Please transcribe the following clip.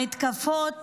המתקפות